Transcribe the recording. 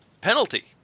penalty